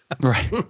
Right